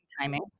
timing